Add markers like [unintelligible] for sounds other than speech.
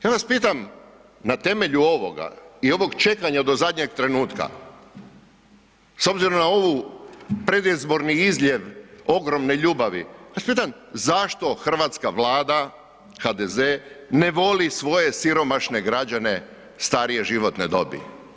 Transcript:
Ja vas pitam na temelju ovoga i ovog čekanja do zadnjeg trenutka, s obzirom na ovu, predizborni izljev ogromne ljubavi, ... [unintelligible] zašto hrvatska Vlada, HDZ ne voli svoje siromašne građane starije životne dobi?